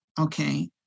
okay